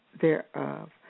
thereof